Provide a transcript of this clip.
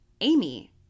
Amy